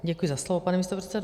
Děkuji za slovo, pane místopředsedo.